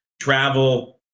travel